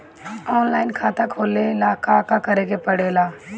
Online खाता खोले ला का का करे के पड़े ला?